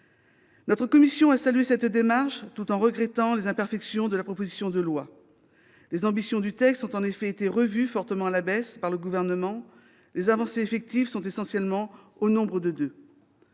Notre commission a salué cette démarche, tout en regrettant les imperfections de la proposition de loi. Les ambitions du texte ont en effet été revues fortement à la baisse par le Gouvernement. Les avancées effectives sont essentiellement au nombre de deux.